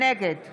נגד